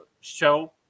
show